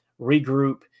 regroup